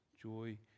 joy